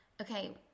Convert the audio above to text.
Okay